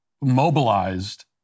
mobilized